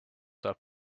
saab